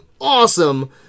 awesome